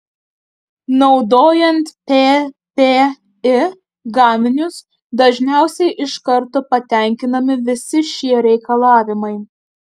naudojant ppi gaminius dažniausiai iš karto patenkinami visi šie reikalavimai